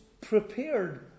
prepared